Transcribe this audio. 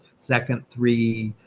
second, three,